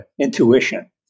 intuition